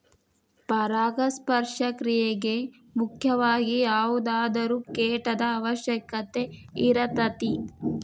ಪರಾಗಸ್ಪರ್ಶ ಕ್ರಿಯೆಗೆ ಮುಖ್ಯವಾಗಿ ಯಾವುದಾದರು ಕೇಟದ ಅವಶ್ಯಕತೆ ಇರತತಿ